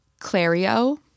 Clario